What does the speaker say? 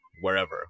wherever